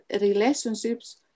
relationships